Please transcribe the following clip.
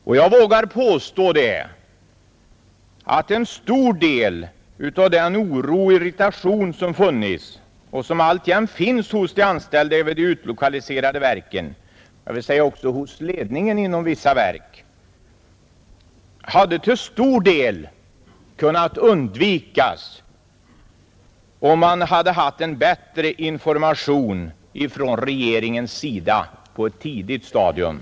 Och jag vågar påstå att mycket av den oro och irritation som har funnits och som alltjämt finns hos de anställda i de utlokaliserade verken — liksom hos ledningen i vissa verk — till stor del kunnat undvikas, om det hade lämnats en bättre information från regeringen på ett tidigt stadium.